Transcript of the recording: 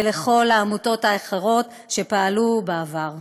ולכל העמותות האחרות שפעלו בעבר.